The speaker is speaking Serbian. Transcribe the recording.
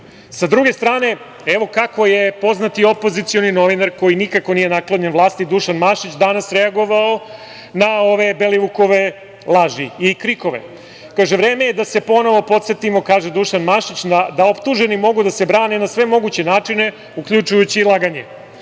druge strane, evo kako je poznati opozicioni novinar koji nikako nije naklonjen vlasti, Dušan Mašić, danas reagovao na ove Belivukove laži i KRIK-ove. Kaže - vreme je da se ponovo podsetimo, kaže Dušan Mašić, da optuženi mogu da se brane na sve moguće načine, uključujući i laganje.